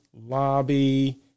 lobby